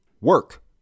Work